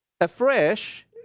afresh